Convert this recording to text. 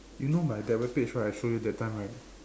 you know my diabetes right I show you that time right